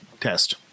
test